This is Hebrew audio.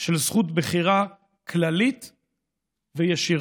של זכות בחירה כללית וישירה.